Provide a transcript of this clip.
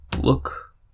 look